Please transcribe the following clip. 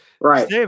Right